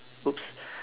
!oops!